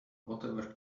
whatever